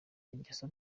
ingeso